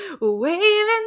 Waving